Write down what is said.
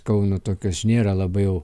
kauno tokios nėra labai jau